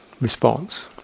response